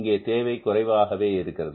இங்கே தேவை குறைவாகவே இருக்கிறது